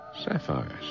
Sapphires